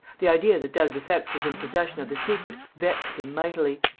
the idea that d'albufex was in possession of the secret vexed him mightily.